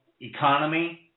economy